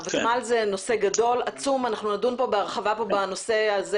הוותמ"ל זה נושא גדול ועצום ואנחנו נדון בו בהרחבה כאן בוועדה.